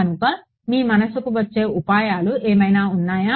కనుక మీ మనసుకు వచ్చే ఉపాయాలు ఏమైనా ఉన్నాయా